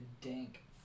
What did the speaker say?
dank